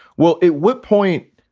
well, it would point.